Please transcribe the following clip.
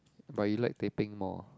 but you like teh peng more